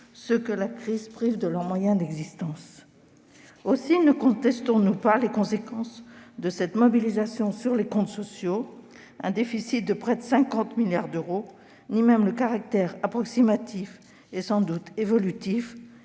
ceux que la crise prive de leurs moyens d'existence. Aussi ne contestons-nous pas les conséquences de cette mobilisation sur les comptes sociaux- un déficit de près de 50 milliards d'euros -ni même le caractère approximatif et sans doute évolutif